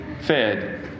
fed